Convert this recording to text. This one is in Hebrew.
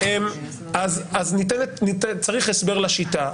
אז צריך הסבר לשיטה.